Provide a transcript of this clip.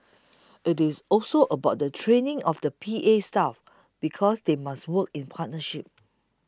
it's also about the training of the P A staff because they must work in partnership